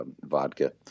vodka